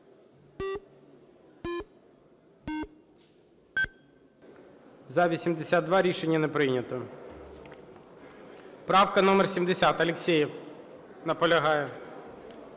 За-82 Рішення не прийнято. Правка номер 70, Алєксєєв. Наполягає.